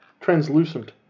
Translucent